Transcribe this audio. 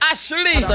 Ashley